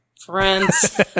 friends